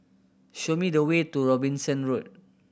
show me the way to Robinson Road